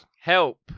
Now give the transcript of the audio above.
Help